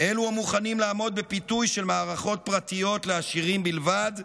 אלו המוכנים לעמוד בפיתוי של מערכות פרטיות לעשירים בלבד,